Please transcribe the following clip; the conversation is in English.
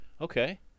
Okay